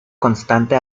constante